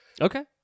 Okay